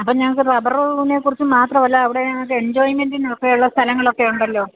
അപ്പം ഞങ്ങൾക്ക് റബ്ബറിനെ കുറിച്ച് മാത്രമല്ല അവിടെ ഞങ്ങൾക്ക് എൻജോയ്മെൻറ്റിനൊക്കെ ഉള്ള സ്ഥലങ്ങളൊക്കെ ഉണ്ടല്ലൊ